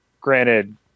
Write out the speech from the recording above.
granted